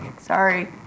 Sorry